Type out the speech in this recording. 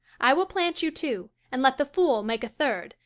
i will plant you two, and let the fool make a third,